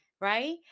right